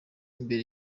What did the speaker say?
mbere